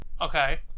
Okay